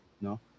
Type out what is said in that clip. No